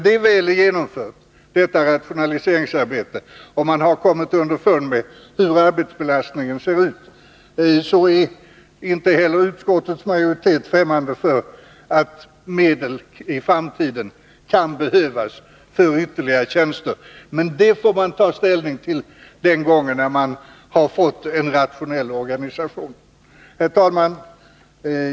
Men när detta rationaliseringsarbete väl är gen” mfört och man har kommit underfund med hur arbetsbelastningen ser ut, är inte heller utskottets majoritet främmande för att medel i framtiden kan behövas för ytterligare tjänster. Det får man dock ta ställning till när man har fått en rationell organisation. Herr talman!